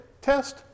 test